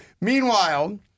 Meanwhile